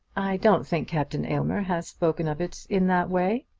i don't think captain aylmer has spoken of it in that way.